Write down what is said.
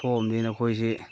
ꯊꯣꯛꯑꯕꯅꯤꯅ ꯑꯩꯈꯣꯏꯁꯤ